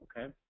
Okay